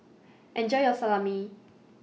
Enjoy your Salami